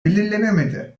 belirlenemedi